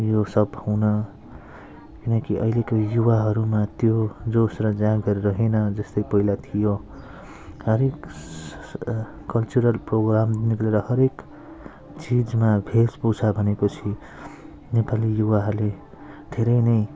यो सब हुन किनकि अहिलेको युवाहरूमा त्यो जोस र जाँगर रहेन जस्तै पहिला थियो खालि कल्चरल प्रोग्राम हरेक चिजमा वेशभूषा भनेपछि नेपाली युवाहरूले धेरै नै